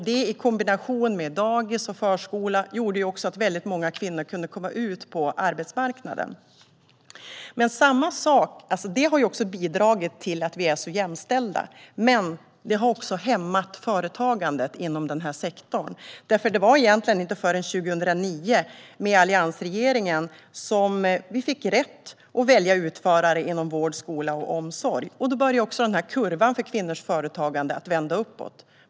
Det i kombination med dagis och förskola gjorde att många kvinnor kunde komma ut på arbetsmarknaden. Och det har bidragit till att vi är så jämställda. Men det har också hämmat företagandet i den sektorn. Det var egentligen inte förrän 2009 som vi fick rätt att välja utförare inom vård, skola och omsorg - tack vare alliansregeringen. Då började också kurvan för kvinnors företagande att vända uppåt.